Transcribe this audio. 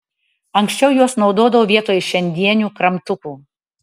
anksčiau juos naudodavo vietoj šiandienių kramtukų